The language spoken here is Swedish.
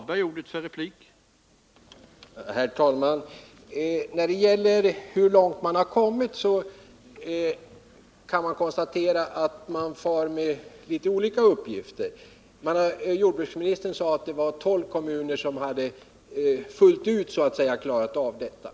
Herr talman! När det gäller hur långt man kommit, så kan jag konstatera att man far med litet olika uppgifter. Jordbruksministern sade att det var tolv kommuner som hade fullt ut så att säga klarat av detta.